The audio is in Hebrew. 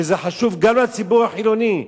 וזה חשוב גם לציבור החילוני.